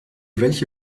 welche